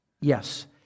yes